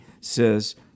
says